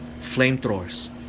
Flamethrowers